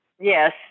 Yes